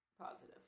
positive